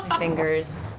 fingers